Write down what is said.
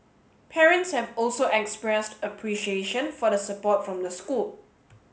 parents have also expressed appreciation for the support from the school